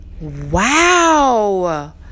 Wow